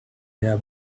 their